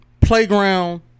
playground